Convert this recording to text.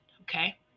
Okay